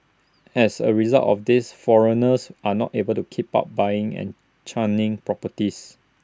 as A result of this foreigners are not able to keep up buying and churning properties